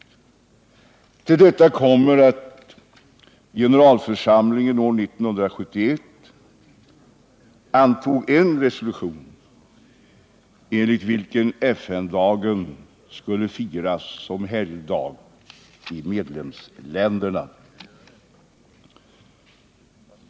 Till detta kommer att generalförsamlingen år 1971 antog en resolution, enligt vilken FN-dagen skulle firas som helgdag i medlemsländerna.